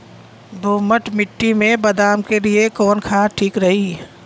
दोमट मिट्टी मे बादाम के लिए कवन खाद ठीक रही?